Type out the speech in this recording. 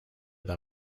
they